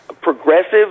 progressive